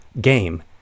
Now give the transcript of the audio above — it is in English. game